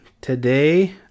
Today